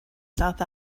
south